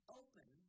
open